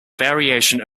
variation